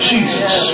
Jesus